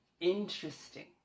Interesting